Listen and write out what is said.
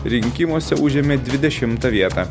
rinkimuose užėmė dvidešimtą vietą